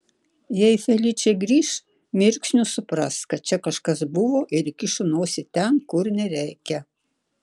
jei feličė grįš mirksniu supras kad čia kažkas buvo ir įkišo nosį ten kur nereikia